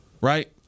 right –